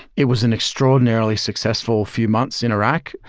it was an extraordinarily successful few months in iraq.